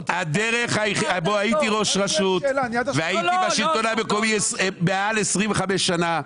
הייתי ראש רשות והייתי בשלטון המקומי מעל 25 שנים.